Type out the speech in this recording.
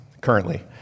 currently